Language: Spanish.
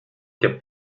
que